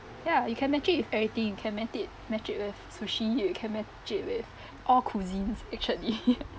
ya you can match it with everything you can match it match it with sushi you can match it with all cuisines actually